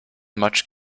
much